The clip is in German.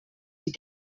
die